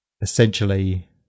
essentially